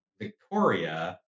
Victoria